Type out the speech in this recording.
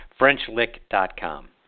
FrenchLick.com